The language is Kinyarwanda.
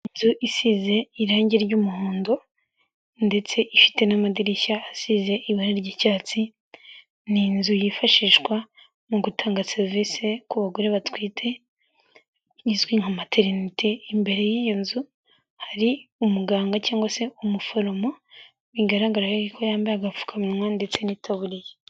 Inzu isize irangi ry'umuhondo ndetse ifite n'amadirishya asize ibara ry'icyatsi, ni inzu yifashishwa mu gutanga serivisi ku bagore batwite izwi nka materinite, imbere y'iyo nzu hari umuganga cyangwa se umuforomo bigaragara ko yambaye agapfukamunwa ndetse n'itaburiye.